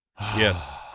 yes